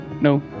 No